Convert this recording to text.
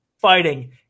fighting